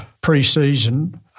pre-season